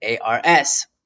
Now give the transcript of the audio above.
ARS